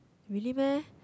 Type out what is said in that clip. really meh